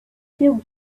still